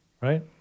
right